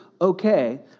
okay